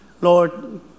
lord